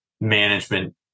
management